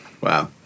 Wow